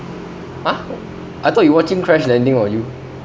!huh! I thought you watching crash landing on you